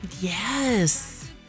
Yes